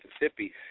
Mississippi